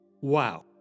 Wow